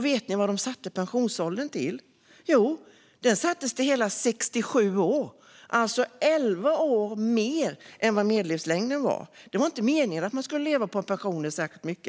Vet ni vad de satte pensionsåldern till? Jo, den sattes till hela 67 år, alltså elva år mer än medellivslängden. Det var inte meningen att man skulle leva på pensionen särskilt länge.